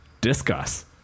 Discuss